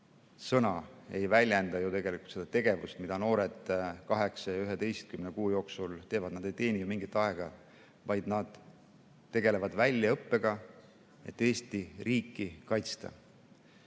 sõna ei väljenda tegelikult seda tegevust, mida noored 8 ja 11 kuu jooksul teevad, nad ei teeni ju mingit aega, vaid nad tegelevad väljaõppega, et Eesti riiki kaitsta.